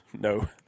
No